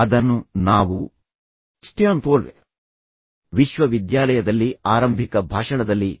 ಅದನ್ನು ನಾವು ಸ್ಟ್ಯಾನ್ಫೋರ್ಡ್ ವಿಶ್ವವಿದ್ಯಾಲಯದಲ್ಲಿ ಆರಂಭಿಕ ಭಾಷಣದಲ್ಲಿ ನೀಡಿದ್ದೇವೆ